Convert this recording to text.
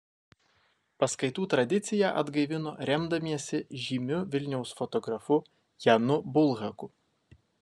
paskaitų tradiciją atgaivino remdamiesi žymiu vilniaus fotografu janu bulhaku